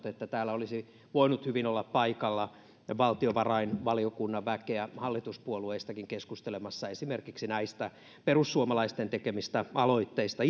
että täällä olisi voinut hyvin olla paikalla valtiovarainvaliokunnan väkeä hallituspuolueistakin keskustelemassa esimerkiksi näistä perussuomalaisten tekemistä aloitteista